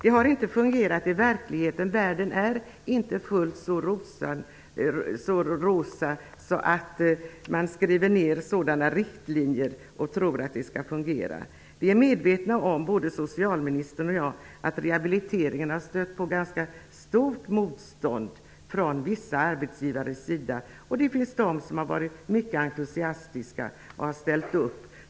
Det har inte fungerat i verkligheten, där det inte är fullt så rosenrött att man bara behöver skriva ner riktlinjer för att det skall fungera. Vi är medvetna om, både socialministern och jag, att rehabiliteringen har stött på ganska stort motstånd från vissa arbetsgivares sida. Det finns de som har varit mycket entusiastiska och ställt upp.